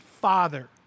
father